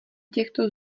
těchto